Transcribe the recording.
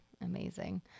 Amazing